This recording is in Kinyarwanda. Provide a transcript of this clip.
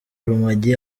urumogi